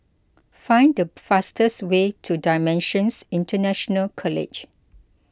find the fastest way to Dimensions International College